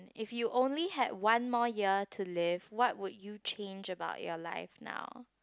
if you only had one more year to live what would you change about your life now